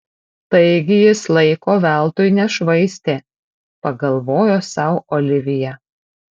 taigi jis laiko veltui nešvaistė pagalvojo sau olivija